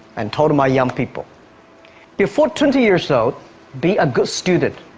and told my young people before twenty years old be a good student